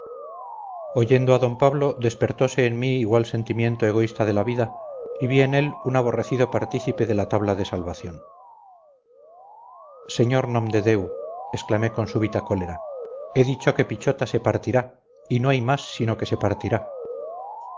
oyendo a d pablo despertose en mí igual sentimiento egoísta de la vida y vi en él un aborrecido partícipe de la tabla de salvación sr nomdedeu exclamé con súbita cólera he dicho que pichota se partirá y no hay más sino que se partirá